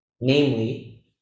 Namely